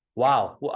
wow